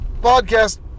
podcast